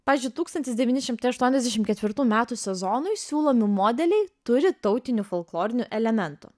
pavyzdžiui tūkstantis devyni šimtai aštuoniasdešimt ketvirtų metų sezonui siūlomi modeliai turi tautinių folklorinių elementų